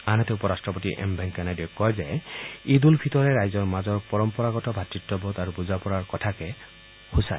আনহাতে উপ ৰাট্টপতি এম ভেংকায়া নাইডুৱে কয় যে ঈদ ঊল ফিটৰে ৰাইজৰ মাজৰ পৰম্পৰাগত ভাতত্ব আৰু বুজাপৰাৰ কথাকে সূচায়